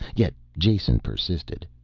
yet jason persisted.